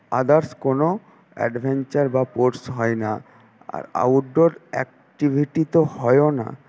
others কোনো adventure বা sports হয় না আর আউটডোর অ্যাকটিভিটি তো হয়ও না